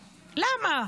למה?